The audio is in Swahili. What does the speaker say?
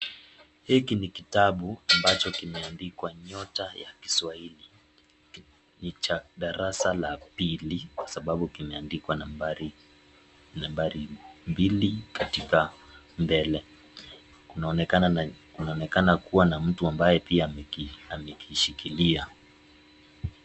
Hiki ni kitabu ambacho kimeandikwa nyota ya kiswahili, nicha darasa la pili kwa sababu kimeandikwa nambari mbili katika mbele, kunaonekana kuwa na mtu ambaye pia amekishikilia.